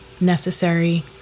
necessary